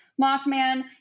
mothman